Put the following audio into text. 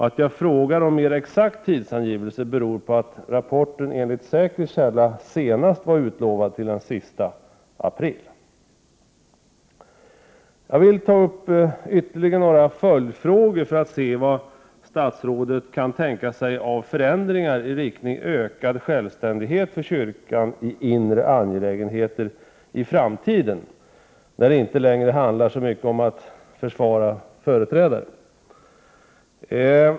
Att jag begär en mer exakt tidsangivelse beror på att rapporten enligt säker källa senast var utlovad till den sista april! Jag vill ta upp ytterligare några följdfrågor för att se vad statsrådet kan tänka sig av förändringar i riktning mot ökad självständighet för kyrkan i inre angelägenheter i framtiden — när det inte längre handlar så mycket om att försvara företrädare.